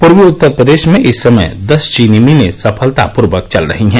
पूर्वी उत्तर प्रदेश में इस समय दस चीनी मिले सफलतापूर्वक चल रही हैं